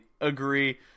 agree